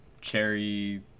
cherry